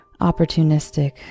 opportunistic